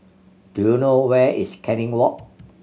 do you know where is Canning Walk